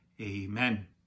amen